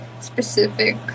specific